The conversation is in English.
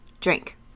Drink